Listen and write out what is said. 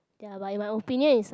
ya but in my opinion it's like